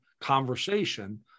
conversation